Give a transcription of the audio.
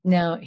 Now